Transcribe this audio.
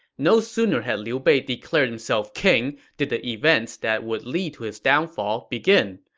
no sooner had liu bei declared himself king did the events that would lead to his downfall begin.